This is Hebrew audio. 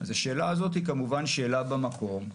אז השאלה הזאת היא כמובן שאלה במקום,